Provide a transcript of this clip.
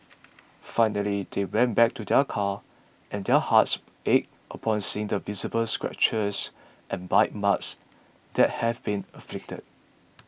finally they went back to their car and their hearts ached upon seeing the visible scratches and bite marks that have been inflicted